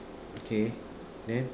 okay then